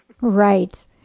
Right